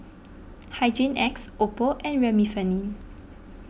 Hygin X Oppo and Remifemin